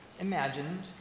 imagined